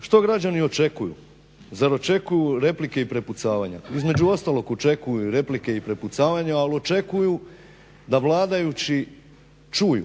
Što građani očekuju? Zar očekuju replike i prepucavanja? Između ostalog očekuju i replike i prepucavanja, ali očekuju da vladajući čuju